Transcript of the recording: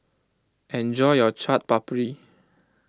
enjoy your Chaat Papri